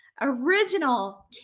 original